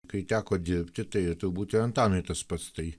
kai teko dirbti turėtų būti antanui tas pats tai